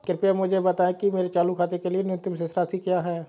कृपया मुझे बताएं कि मेरे चालू खाते के लिए न्यूनतम शेष राशि क्या है?